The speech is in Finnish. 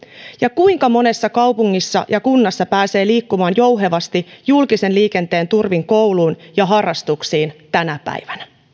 ja kuinka monessa kaupungissa ja kunnassa pääsee liikkumaan jouhevasti julkisen liikenteen turvin kouluun ja harrastuksiin tänä päivänä